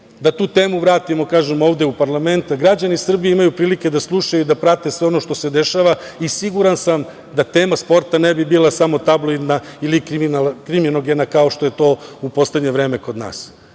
Da tu temu vratimo, kažem, ovde u parlament, a građani Srbije imaju prilike da slušaju i da prate sve ono što se dešava i siguran sam da tema sporta ne bi bila samo tabloidna ili kriminogena kao što je to u poslednje vreme kod nas.